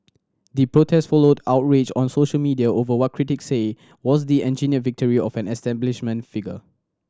the protest followed outrage on social media over what critic say was the engineered victory of an establishment figure